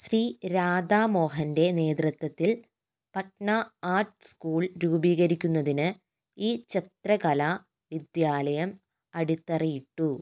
ശ്രീ രാധാ മോഹൻ്റെ നേതൃത്വത്തിൽ Patna art school രൂപീകരിക്കുന്നതിന് ഈ ചിത്രകലാ വിദ്യാലയം അടിത്തറയിട്ടു